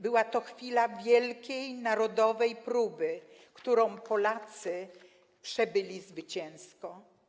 Była to chwila wielkiej narodowej próby, którą Polacy przebyli zwycięsko.